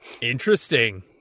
Interesting